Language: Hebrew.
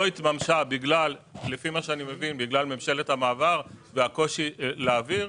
ולא התממשה לפי מה שאני מבין בגלל ממשלת המעבר והקושי להעביר.